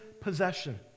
possession